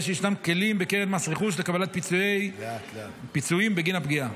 ישנם כלים בקרן מס רכוש לקבלת פיצויים בגין הפגיעה.